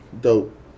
dope